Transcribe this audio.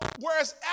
whereas